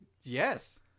Yes